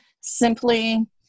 simply –